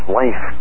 life